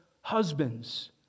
Husbands